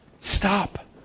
stop